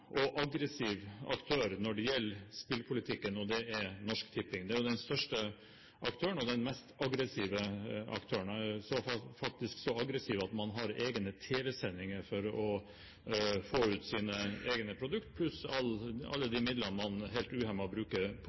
og aggressiv aktør når det gjelder spillpolitikken, og det er Norsk Tipping. Det er den største aktøren, og den mest aggressive aktøren – faktisk så aggressiv at man har egne tv-sendinger for å få ut sine egne produkt pluss alle de midlene man helt uhemmet bruker på